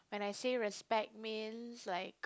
when I say respect means like